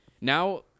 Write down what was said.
now